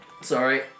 Sorry